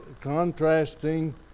contrasting